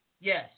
Yes